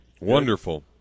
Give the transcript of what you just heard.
Wonderful